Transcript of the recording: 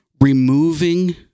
removing